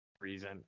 reason